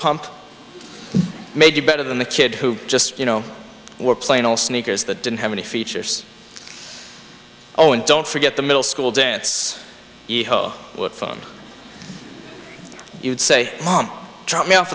pump made you better than the kid who just you know were playing all sneakers that didn't have any features oh and don't forget the middle school dance phone you'd say mom drop me off